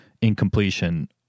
incompletion